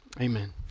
Amen